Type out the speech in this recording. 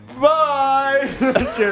Bye